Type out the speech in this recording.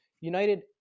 United